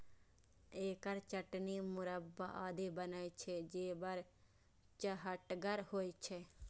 एकर चटनी, मुरब्बा आदि बनै छै, जे बड़ चहटगर होइ छै